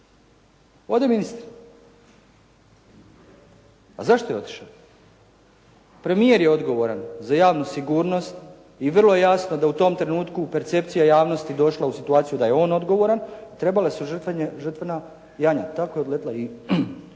Ode ministar. A zašto je otišao? Premijer je odgovoran za javnu sigurnost i vrlo je jasno da je u tom trenutku percepcija javnosti došla u situaciju da je on odgovoran, trebala su žrtvena janjad. Tako je odletila i